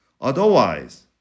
Otherwise